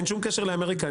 אין שום קשר לאמריקה,